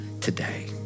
today